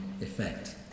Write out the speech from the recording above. effect